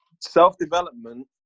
self-development